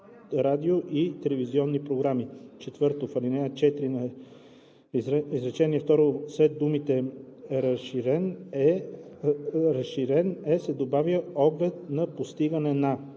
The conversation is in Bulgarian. радио- и телевизионни програми,